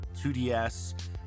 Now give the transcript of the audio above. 2DS